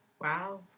Wow